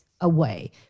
away